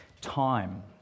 time